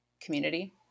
community